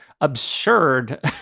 absurd